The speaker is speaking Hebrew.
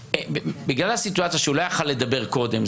בגלל הסיטואציה שהוא לא היה יכול לדבר קודם,